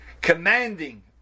commanding